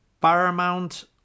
Paramount